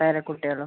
പേരക്കുട്ടികളും